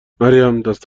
مریم، دست